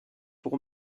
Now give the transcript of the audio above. pour